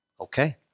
Okay